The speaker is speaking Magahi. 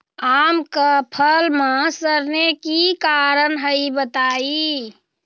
आम क फल म सरने कि कारण हई बताई?